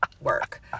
work